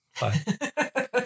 Bye